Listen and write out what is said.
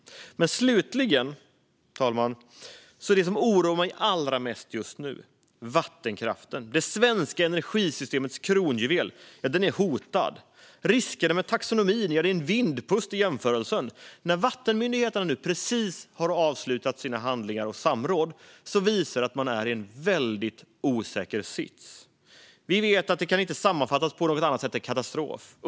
Slutligen, fru talman, är vattenkraften det som oroar mig allra mest just nu. Det svenska energisystemets kronjuvel är hotad. Riskerna med taxonomin är en vindpust vid en jämförelse. Vattenmyndigheterna har nu precis avslutat sina förhandlingar och samråd som visar att man är i en väldigt osäker sits. Vi vet att det inte kan sammanfattas på något annat sätt än katastrof.